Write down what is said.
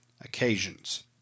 occasions